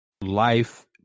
life